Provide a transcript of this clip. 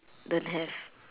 don't have